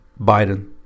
Biden